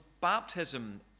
baptism